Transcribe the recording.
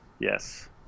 Yes